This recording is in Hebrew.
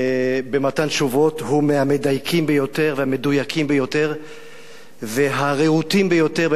במתן תשובות הוא מהמדייקים ביותר והמדויקים ביותר והרהוטים ביותר,